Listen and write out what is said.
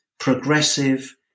progressive